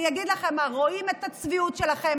אני אגיד לכם מה: רואים את הצביעות שלכם.